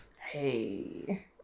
Hey